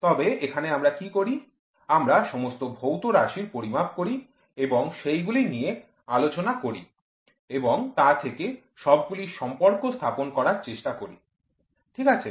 তবে এখানে আমরা কি করি আমরা সমস্ত ভৌত রাশির পরিমাপ করি এবং সেগুলি নিয়ে আলোচনা করি এবং তা থেকে সবগুলির সম্পর্ক স্থাপন করার চেষ্টা করে ঠিক আছে